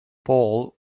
paul